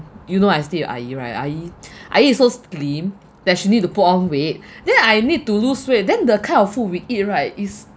you know I stay with ah yee right ah yee ah yee is so slim that she need to put on weight then I need to lose weight then the kind of food we eat right is